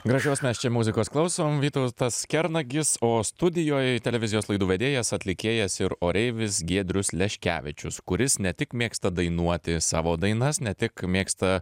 gražios mes čia muzikos klausom vytautas kernagis o studijoj televizijos laidų vedėjas atlikėjas ir oreivis giedrius leškevičius kuris ne tik mėgsta dainuoti savo dainas ne tik mėgsta